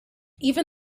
even